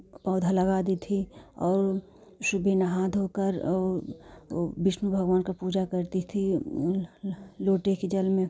पौधा लगा दी थी और सुबह नहा धोकर विष्णु भगवान की पूजा करती थी लोटे के जल में